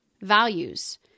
Values